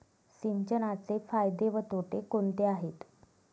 सिंचनाचे फायदे व तोटे कोणते आहेत?